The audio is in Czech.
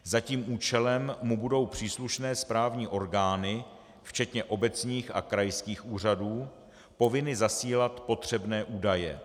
Za tím účelem mu budou příslušné správní orgány včetně obecních a krajských úřadů povinny zasílat potřebné údaje.